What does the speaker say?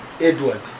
Edward